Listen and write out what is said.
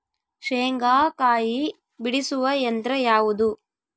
ಶೇಂಗಾಕಾಯಿ ಬಿಡಿಸುವ ಯಂತ್ರ ಯಾವುದು?